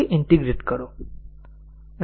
સાથે ઈન્ટીગ્રેટ કરો